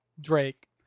Drake